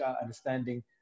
understanding